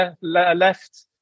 left